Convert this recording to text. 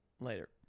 later